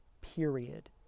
period